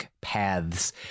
paths